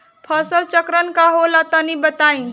फसल चक्रण का होला तनि बताई?